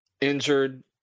injured